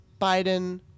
Biden